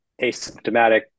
asymptomatic